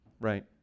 right